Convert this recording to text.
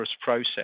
process